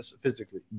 physically